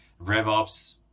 RevOps